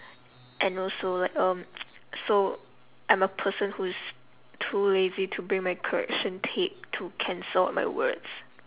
and also like um so I'm a person who's too lazy to bring my correction tape to cancel out my words